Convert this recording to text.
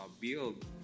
build